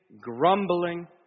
grumbling